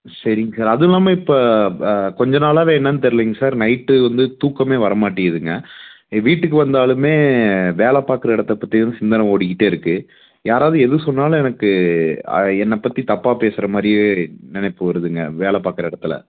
சரிங்க சார் அதுவும் இல்லாமல் இப்போ கொஞ்ச நாளாகவே என்னென்னு தெரிலிங்க சார் நைட்டு வந்து தூக்கமே வரமாட்டிங்கிதுங்க வீட்டுக்கு வந்தாலுமே வேலை பார்க்குற இடத்த பற்றியேதான் சிந்தனை ஓடிக்கிட்டே இருக்குது யாராவது எது சொன்னாலும் எனக்கு அதை என்னை பற்றி தப்பாக பேசுகிற மாதிரியே நினைப்பு வருதுங்க வேலை பார்க்குற இடத்துல